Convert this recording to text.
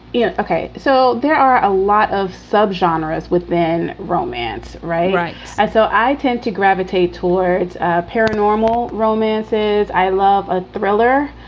yeah ok, so there are a lot of subgenres within romance. right. right. and so i tend to gravitate towards paranormal romances. i love a thriller,